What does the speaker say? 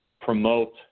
promote